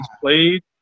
played